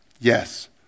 Yes